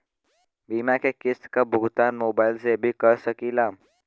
बीमा के किस्त क भुगतान मोबाइल से भी कर सकी ला?